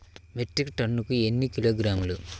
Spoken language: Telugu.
మెట్రిక్ టన్నుకు ఎన్ని కిలోగ్రాములు?